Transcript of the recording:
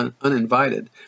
uninvited